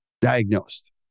diagnosed